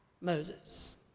Moses